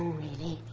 really.